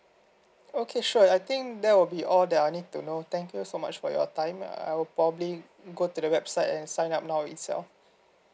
okay sure I think that will be all that I need to know thank you so much for your time I'll probably go to the website and sign up now itself